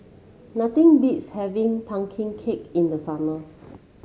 nothing beats having pumpkin cake in the summer